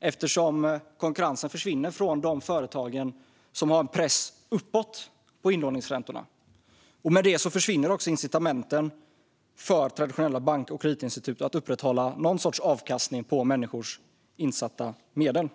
eftersom konkurrensen försvinner från de företag som har press uppåt på inlåningsräntorna. Med det försvinner också incitamenten för traditionella bank och kreditinstitut att upprätthålla någon sorts avkastning på människors insatta medel.